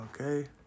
Okay